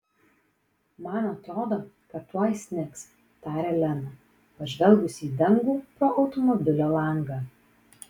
man atrodo kad tuoj snigs tarė lena pažvelgus į dangų pro automobilio langą